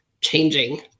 changing